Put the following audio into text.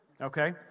Okay